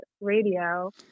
radio